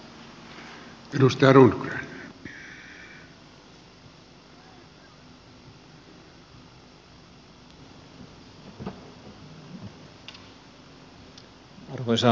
arvoisa puhemies